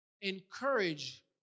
Encourage